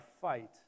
fight